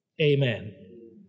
Amen